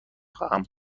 خواهم